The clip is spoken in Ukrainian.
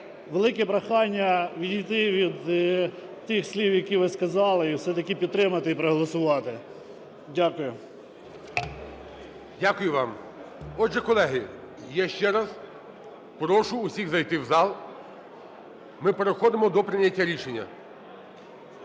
Велике прохання відійти від тих слів, які ви сказали, і все-таки підтримати і проголосувати. Дякую. ГОЛОВУЮЧИЙ. Дякую вам. Отже, колеги, я ще раз прошу всіх зайти в зал. Ми переходимо до прийняття рішення.